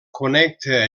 connecta